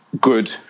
good